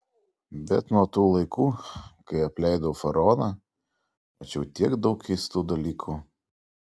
bet nuo tų laikų kai apleidau faraoną mačiau tiek daug keistų dalykų